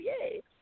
yay